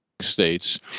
states